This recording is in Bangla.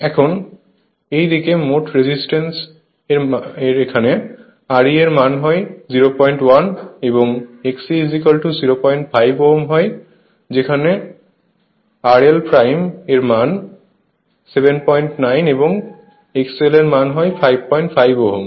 এখন এই দিকে মোট রেজিস্ট্যান্স এর এখানে Re এর মান হয় 01 এবং Xe 05 Ω হয় যেখানে এখানে RL এর মান 79 এবং XL এর মান হয় 55 Ω